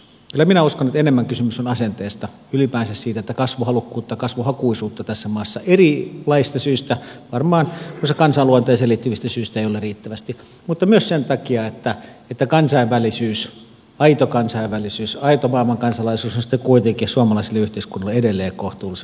kyllä minä uskon että enemmän kysymys on asenteesta ylipäänsä siitä että kasvuhalukkuutta kasvuhakuisuutta tässä maassa erilaisista syistä varmaan muun muassa kansanluonteeseen liittyvistä syistä ei ole riittävästi mutta myös sen takia että kansainvälisyys aito kansainvälisyys aito maailmankansalaisuus on sitten kuitenkin suomalaiselle yhteiskunnalle edelleen kohtuullisen vieras juttu